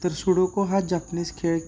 तर सुडोकू हा जापनीज खेळ